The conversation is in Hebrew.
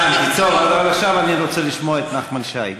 הבנתי, אבל עכשיו אני רוצה לשמוע את נחמן שי.